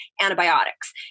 antibiotics